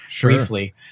briefly